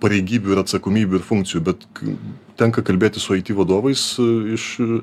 pareigybių ir atsakomybių ir funkcijų bet tenka kalbėtis su it vadovais iš